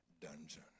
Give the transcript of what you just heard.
dungeon